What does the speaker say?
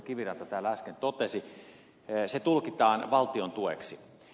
kiviranta täällä äsken totesi tulkitaan valtion tueksi